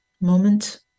moment